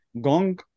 gong